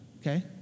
Okay